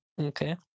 Okay